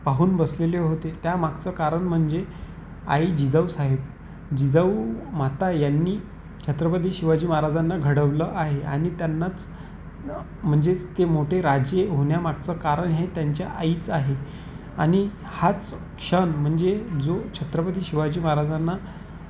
पाहून बसलेले होते त्यामागचं कारण म्हणजे आई जिजाऊ साहेब जिजाऊ माता यांनी छत्रपती शिवाजी महाराजांना घडवलं आहे आणि त्यांनाच म्हणजेच ते मोठे राजे होण्यामागचं कारण हे त्यांच्या आईच आहे आणि हाच क्षण म्हणजे जो छत्रपती शिवाजी महाराजांना